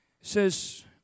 says